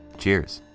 cheers!